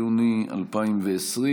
יום שני,